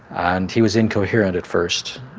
and he was incoherent at first,